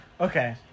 Okay